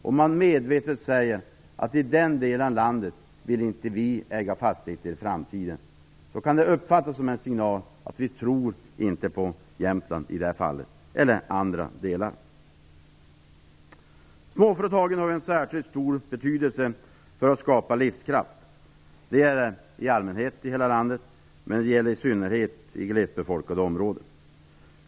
Om man medvetet säger att man i en viss del av landet inte vill äga fastigheter i framtiden, kan det uppfattas som en signal att man inte tror på den landsdelen, i det här fallet Jämtland. Småföretagen har en särskilt stor betydelse för att skapa livskraft. Det gäller i allmänhet i hela landet, men det gäller i synnerhet i glesbefolkade områden.